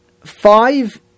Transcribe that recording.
Five